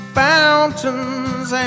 fountains